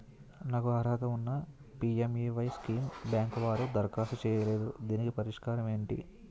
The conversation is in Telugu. నాకు అర్హత ఉన్నా పి.ఎం.ఎ.వై స్కీమ్ బ్యాంకు వారు దరఖాస్తు చేయలేదు దీనికి పరిష్కారం ఏమిటి?